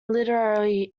literary